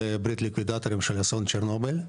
ברית ליקווידטורים של אסון צ'רנוביל.